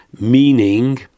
meaning